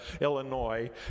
Illinois